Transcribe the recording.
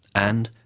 and,